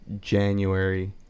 January